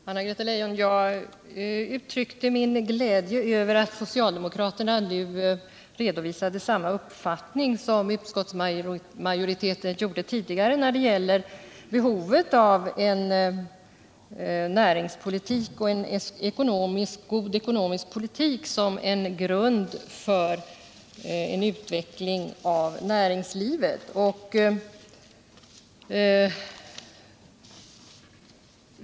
Herr talman! Jag uttryckte min glädje över att socialdemokraterna nu redovisade samma uppfattning som utskottsmajoriteten gjorde tidigare när det gäller behovet av en näringspolitik och en god ekonomisk politik som en grund för utvecklingen av näringslivet.